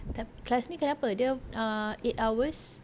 tapi class ni kenapa dia ah eight hours